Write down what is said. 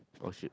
oh shit